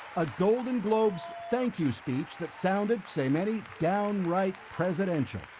a golden globes thank you speech that sounded, say many, downright presidential.